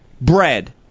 bread